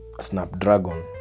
snapdragon